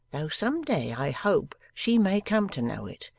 though some day i hope she may come to know it,